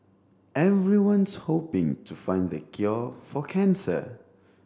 everyone's hoping to find the cure for cancer